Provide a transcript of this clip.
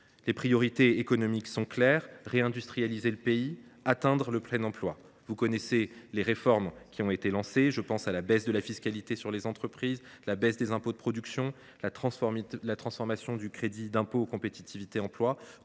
Nos priorités économiques sont claires : réindustrialiser le pays et atteindre le plein emploi. Vous connaissez les réformes qui ont été menées à cet effet. Je pense à la baisse de la fiscalité pesant sur les entreprises, à la baisse des impôts de production, ou encore à la transformation du crédit d’impôt pour la compétitivité et l’emploi